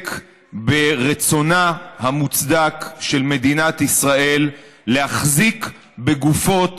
עוסק ברצונה המוצדק של מדינת ישראל להחזיק בגופות